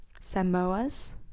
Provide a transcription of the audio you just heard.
Samoas